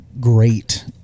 great